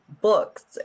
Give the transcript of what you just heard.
books